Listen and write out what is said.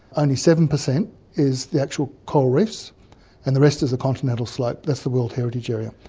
only seven percent is the actual coral reefs and the rest is the continental slope, that's the world heritage area.